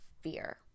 fear